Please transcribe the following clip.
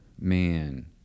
man